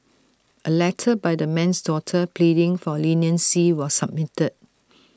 A letter by the man's daughter pleading for leniency was submitted